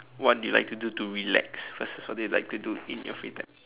what do you like to do to relax versus what do you like to do in your free time